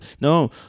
No